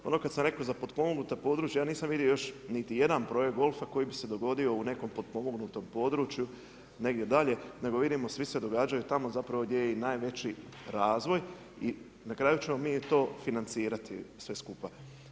Ono kada sam rekao za potpomognuta područja ja nisam vidio još niti jedan projekt golfa koji bi se dogodio u nekom potpomognutom području negdje dalje, nego vidimo svi se događaju tamo zapravo gdje je i najveći razvoj i na kraju ćemo mi to financirati sve skupa.